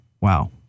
wow